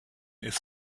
ist